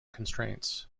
constraints